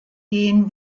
gehen